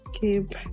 keep